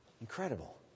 Incredible